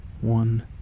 One